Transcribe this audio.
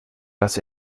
dass